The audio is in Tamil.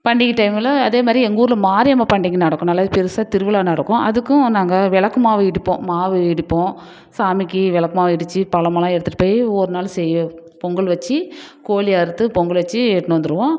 பண்டிகை டைமில் அதே மாதிரி எங்கள் ஊரில் மாரியம்மன் பண்டிகை நடக்கும் நல்லா பெருசாக திருவிழா நடக்கும் அதுக்கும் நாங்கள் விளக்கு மாவு இடிப்போம் மாவு இடிப்போம் சாமிக்கு விளக்கு மாவு இடிச்சு பலம் எல்லாம் எடுத்துகிட்டு போய் ஒரு நாள் செய்ய பொங்கல்லாம் வச்சு கோழி அறுத்து பொங்கல் வச்சு எடுத்துகின்னு வந்துருவோம்